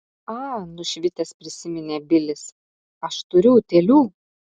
a nušvitęs prisiminė bilis aš turiu utėlių